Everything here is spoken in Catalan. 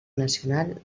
nacional